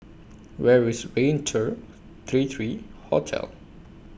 Where IS Raintr three three Hotel